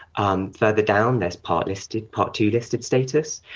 um further down there's part listed part two listed status.